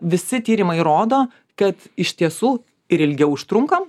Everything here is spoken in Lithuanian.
visi tyrimai rodo kad iš tiesų ir ilgiau užtrunkam